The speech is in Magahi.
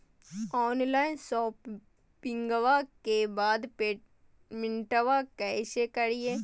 ऑनलाइन शोपिंग्बा के बाद पेमेंटबा कैसे करीय?